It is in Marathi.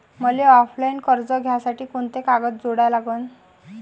मले ऑफलाईन कर्ज घ्यासाठी कोंते कागद जोडा लागन?